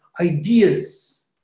ideas